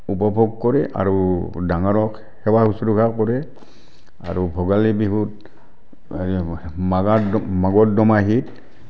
উপভোগ কৰে আৰু ডাঙৰক সেৱা শুশ্ৰূষা কৰে আৰু ভোগালী বিহুত এই মালাৰ মাঘৰ দুমাহীত